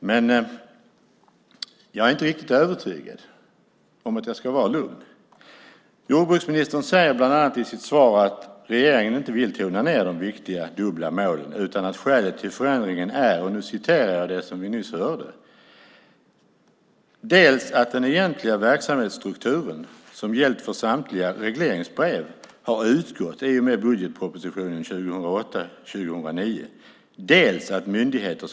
Jag är emellertid inte riktigt övertygad om att jag ska känna mig lugn. Jordbruksministern säger i sitt svar bland annat att regeringen inte vill tona ned de viktiga dubbla målen utan att skälet till förändringen är "dels att den enhetliga verksamhetsstrukturen, som gällt för samtliga regleringsbrev, har utgått i och med budgetpropositionen 2008/09 . dels att alla myndigheter .